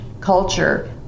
culture